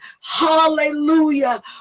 hallelujah